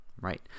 right